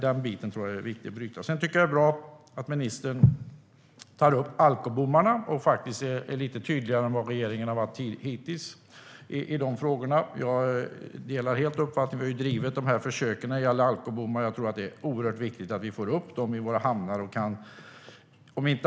Den biten tror jag att det är viktigt att bryta. Jag tycker att det är bra att ministern tar upp alkobommarna och faktiskt är lite tydligare än regeringen har varit hittills i de frågorna. Jag delar helt den uppfattningen. Det har ju pågått försök med alkobommar, och det otroligt viktigt att man får upp sådana i hamnarna.